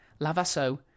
Lavasso